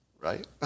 right